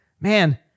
Man